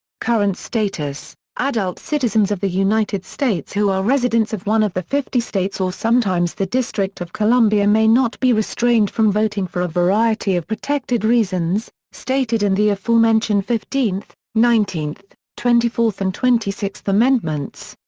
current status adult citizens of the united states who are residents of one of the fifty states or sometimes the district of columbia may not be restrained from voting for a variety of protected reasons, stated in the aforementioned fifteenth, nineteenth, twenty fourth and twenty sixth amendments.